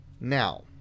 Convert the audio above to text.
Now